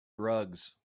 drugs